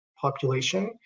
population